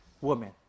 woman